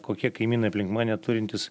kokie kaimynai aplink mane turintys